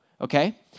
okay